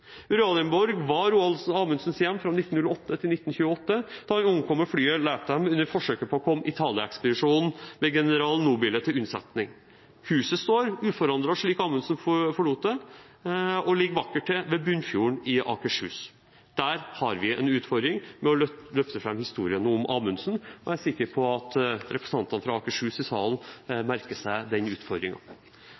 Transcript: var Roald Amundsens hjem fra 1908 til 1928, da han omkom med flyet Latham under forsøket på å komme Italia-ekspedisjonen med general Nobile til unnsetning. Huset står uforandret slik Amundsen forlot det, og ligger vakkert til ved Bunnefjorden i Akershus. Der har vi en utfordring med å løfte fram historien om Amundsen, og jeg er sikker på at representantene fra Akershus i salen